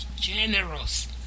generous